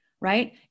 Right